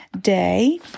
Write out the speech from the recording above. day